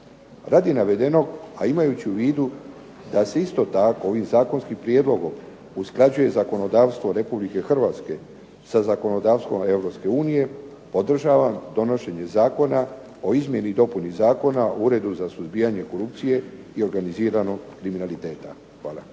Radi navedenog, a imajući u vidu da se isto tako ovim zakonskim prijedlogom usklađuje zakonodavstvo Republike Hrvatske sa zakonodavstvom Europske unije, podržavam donošenje Zakona o izmjeni i dopuni Zakona o Uredu za suzbijanje korupcije i organiziranog kriminaliteta. Hvala.